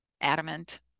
adamant